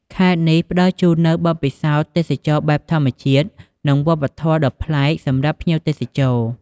ខេត្តនេះផ្តល់ជូននូវបទពិសោធន៍ទេសចរណ៍បែបធម្មជាតិ និងវប្បធម៌ដ៏ប្លែកសម្រាប់ភ្ញៀវទេសចរ។